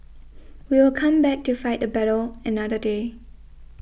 we will come back to fight the battle another day